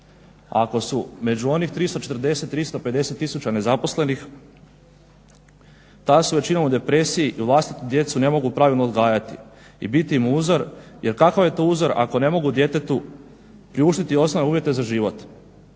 Ako su među onih 340, 350 tisuća nezaposlenih tada su većinom u depresiji jer vlastitu djecu ne mogu pravilno odgajati i biti im uzor. Jer kakav je to uzor ako ne mogu djetetu priuštiti osnovne uvjete za život